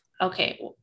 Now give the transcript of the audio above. Okay